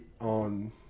on